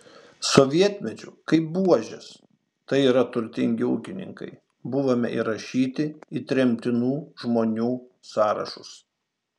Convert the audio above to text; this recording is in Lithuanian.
sovietmečiu kaip buožės tai yra turtingi ūkininkai buvome įrašyti į tremtinų žmonių sąrašus